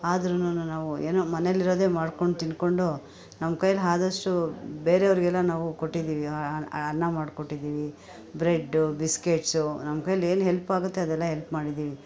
ಆದ್ರೂ ನಾವು ಏನೋ ಮನೇಲ್ಲಿ ಇರೋದೇ ಮಾಡ್ಕೊಂಡು ತಿಂದ್ಕೊಂಡು ನಮ್ಮ ಕೈಯಲ್ಲಿ ಆದಷ್ಟು ಬೇರೆಯವರಿಗೆಲ್ಲ ನಾವು ಕೊಟ್ಟಿದ್ದೀವಿ ಆ ಅನ್ನ ಮಾಡ್ಕೊಟ್ಟಿದ್ದೀವಿ ಬ್ರೆಡ್ಡು ಬಿಸ್ಕೆಟ್ಸು ನಮ್ಮ ಕೈಯಲ್ಲಿ ಏನು ಹೆಲ್ಪ್ ಆಗುತ್ತೆ ಅದೆಲ್ಲ ಹೆಲ್ಪ್ ಮಾಡಿದ್ದೀವಿ